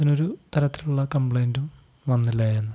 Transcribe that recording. അതിനൊരു തരത്തിലുള്ള കംപ്ലയിൻറ്റും വന്നില്ലായിരുന്നു